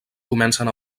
comencen